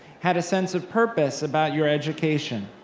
had a sense of purpose about your education.